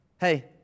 Hey